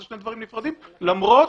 זה שני דברים נפרדים למרות